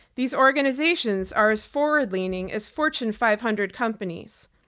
these organizations are as forward-leaning as fortune five hundred companies.